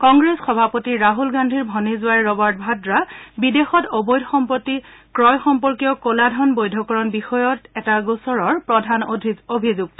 কংগ্ৰেছ সভাপতি ৰাহুল গান্ধীৰ ভনীজোৱাই ৰবাৰ্ট ভাদ্ৰা বিদেশত অবৈধ সম্পত্তি ক্ৰয় সম্পৰ্কীয় কলাধন বৈধকৰণ বিষয়ত এটা গোচৰৰ প্ৰধান অভিযুক্ত